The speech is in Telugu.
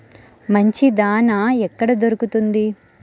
మంచి దాణా ఎక్కడ దొరుకుతుంది?